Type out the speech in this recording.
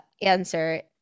answer